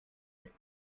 ist